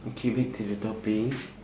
okay back to the topic